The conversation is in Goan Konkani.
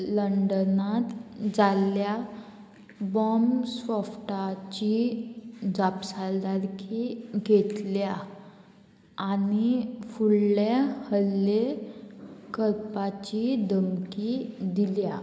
लंडनांत जाल्ल्या बॉम सोफ्टाची जापसालदारकी घेतल्या आनी फुडले हल्ले करपाची धमकी दिल्या